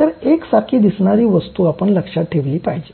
तर एक सारखी दिसणारी वस्तू आपण लक्षात ठेवली पाहिजे